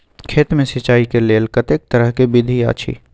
खेत मे सिंचाई के लेल कतेक तरह के विधी अछि?